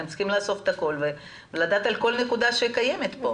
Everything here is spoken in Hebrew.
אתם צריכים לאסוף את הכול ולדעת על כל נקודה שקיימת פה.